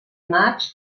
maig